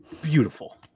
Beautiful